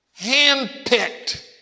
handpicked